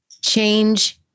change